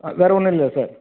ஆ வேறு ஒன்றும் இல்லையா சார்